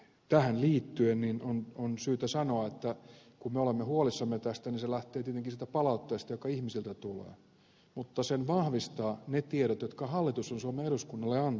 tähän liittyen on syytä sanoa että kun me olemme huolissamme tästä niin se lähtee tietenkin sieltä palautteesta joka ihmisiltä tulee mutta sen vahvistavat ne tiedot jotka hallitus on suomen eduskunnalle antanut